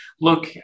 look